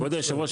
כבוד היושב-ראש,